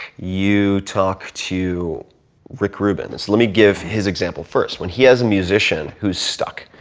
you talk to rick rubin. let me give his example first. when he has a musician who's stuck,